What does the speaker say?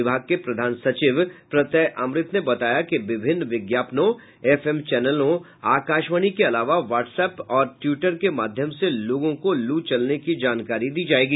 विभाग के प्रधान सचिव प्रत्यय अमृत ने बताया कि विभिन्न विज्ञापनों एफएम आकाशवाणी के अलावा व्हाटस एप्प और ट्विटर के माध्यम से लोगों को लू चलने की जानकारी दी जायेगी